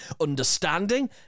understanding